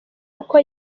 uko